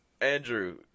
Andrew